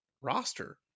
roster